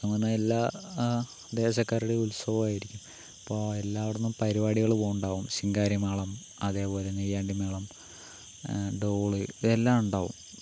ഉത്സവമെന്ന് പറഞ്ഞാൽ എല്ലാ ദേശക്കാരുടെയും ഉത്സവമായിരിക്കും അപ്പോൾ എല്ലാവിടുന്നും പരിപാടികൾ പോകുന്നുണ്ടാവും ശിങ്കാരി മേളം അതുപോലെ തന്നെ മെയ്യാണ്ടി മേളം ഡോൾ ഇവയെല്ലാം ഉണ്ടാവും